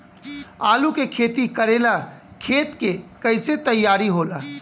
आलू के खेती करेला खेत के कैसे तैयारी होला?